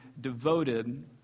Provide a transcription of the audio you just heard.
devoted